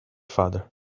further